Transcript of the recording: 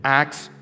acts